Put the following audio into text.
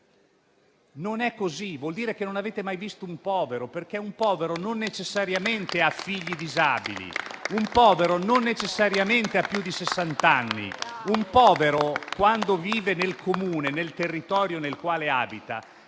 Non è così: vuol dire che non avete mai visto un povero, perché un povero non necessariamente ha figli disabili e non ha necessariamente più di sessant'anni; un povero, quando vive nel Comune, nel territorio nel quale abita,